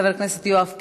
חבר הכנסת יואב קיש,